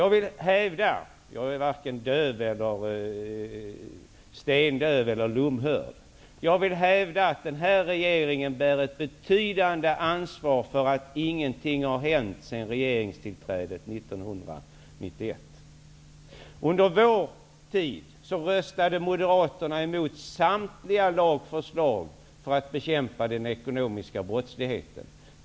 Jag vill hävda -- jag är varken stendöv eller lomhörd -- att den här regeringen bär ett betydande ansvar för att ingenting har hänt sedan regeringstillträdet 1991. Under vår tid röstade Moderaterna emot samtliga lagförslag för att bekämpa den ekonomiska brottsligheten.